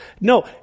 No